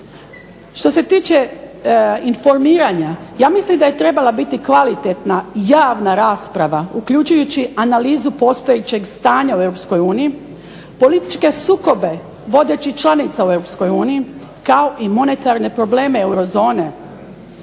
Što se tiče informiranja, ja mislim da je trebala biti kvalitetna javna rasprava uključujući analizu postojećeg stanja u Europskoj uniji, političke sukobe vodećih članica u Europskoj uniji kao i monetarne probleme eurozone